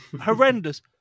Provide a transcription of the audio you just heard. horrendous